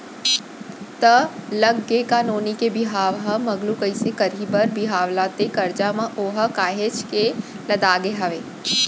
त लग गे का नोनी के बिहाव ह मगलू कइसे करही बर बिहाव ला ते करजा म ओहा काहेच के लदागे हवय